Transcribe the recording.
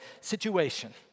situation